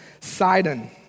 Sidon